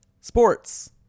sports